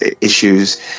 issues